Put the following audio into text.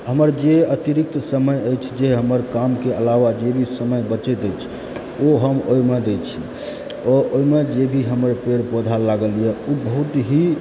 हमर जे अतिरिक्त समय अछि जे हमर कामके अलावा जे भी समय बचैत अछि ओ हम ओहिमे दए छियै ओ ओहिमे जे भी हमर पेड़ पौधा लागल यऽ ओ बहुत ही